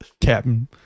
captain